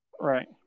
right